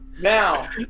Now